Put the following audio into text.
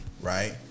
right